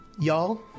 Y'all